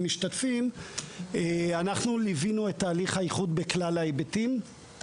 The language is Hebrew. אנחנו ליווינו את תהליך האיחוד בכלל ההיבטים.